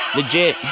Legit